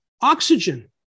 oxygen